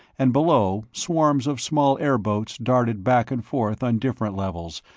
and below, swarms of small airboats darted back and forth on different levels,